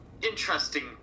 interesting